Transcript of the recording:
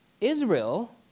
Israel